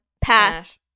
pass